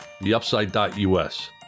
theupside.us